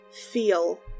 feel